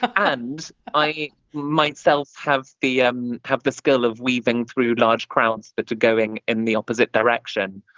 and i myself have the um have the skill of weaving through large crowds that are going in the opposite direction.